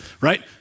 Right